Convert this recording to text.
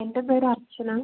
എൻ്റെ പേര് അർച്ചന